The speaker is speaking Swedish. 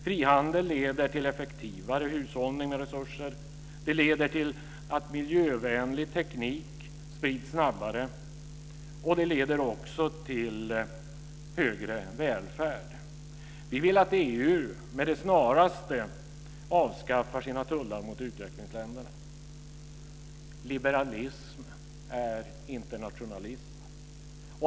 Frihandel leder till effektivare hushållning med resurser. Det leder till att miljövänlig teknik sprids snabbare. Det leder också till ökad välfärd. Vi vill att EU med det snaraste avskaffar sina tullar mot utvecklingsländerna. Liberalism är internationalism.